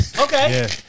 Okay